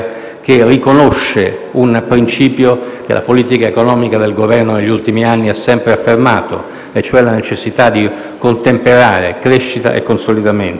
che riconosce un principio che la politica economica del Governo negli ultimi anni ha sempre affermato, e cioè la necessità di contemperare crescita e consolidamento.